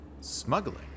Smuggling